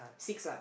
six lah